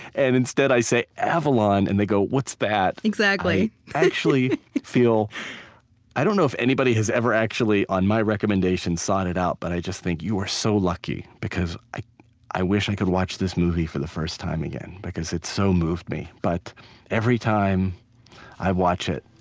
and instead i say, avalon, and they go, what's that? exactly. i actually feel i don't know if anybody has ever actually, on my recommendation, sought it out, but i just think, you are so lucky, because i i wish i could watch this movie for the first time again, because it so moved me. but every time i watch it,